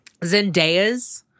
Zendaya's